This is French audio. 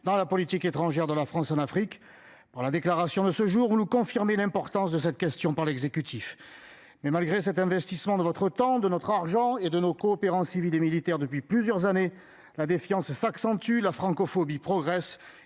dans la politique étrangère de la France en Afrique pour la déclaration de ce jour où le confirmer l'importance de cette question par l'exécutif. Mais malgré cet investissement de votre temps de notre argent et de nos coopérants civils et militaires depuis plusieurs années la défiance s'accentue la francophobie progresse